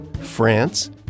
France